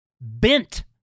bent